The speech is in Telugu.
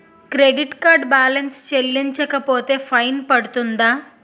క్రెడిట్ కార్డ్ బాలన్స్ చెల్లించకపోతే ఫైన్ పడ్తుంద?